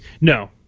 No